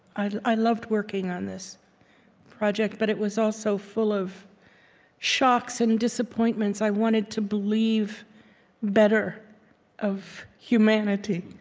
i i loved working on this project, but it was also full of shocks and disappointments. i wanted to believe better of humanity